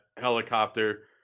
helicopter